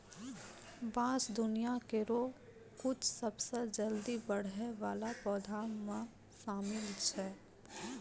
बांस दुनिया केरो कुछ सबसें जल्दी बढ़ै वाला पौधा म शामिल छै